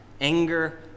anger